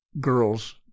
girls